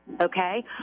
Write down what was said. okay